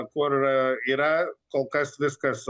kur yra kol kas viskas